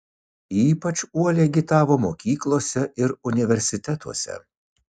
ypač uoliai agitavo mokyklose ir universitetuose